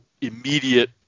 immediate